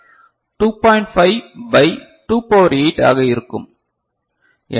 5 by 2 power 8 ஆக இருக்கும் எனவே 9